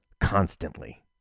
constantly